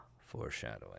foreshadowing